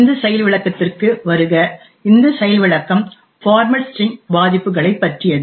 இந்த செயல் விளக்கத்திற்கு வருக இந்த செயல் விளக்கம் பார்மேட் ஸ்டிரிங் பாதிப்புகளை பற்றியது